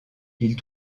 ils